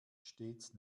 stets